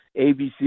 abc